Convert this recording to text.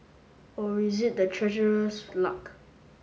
or is it the Treasurer's luck